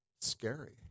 scary